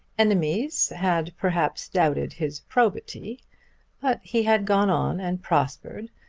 enemies had perhaps doubted his probity but he had gone on and prospered,